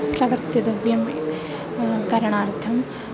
प्रवर्तितव्यं करणार्थं